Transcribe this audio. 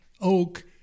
oak